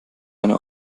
einer